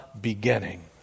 beginning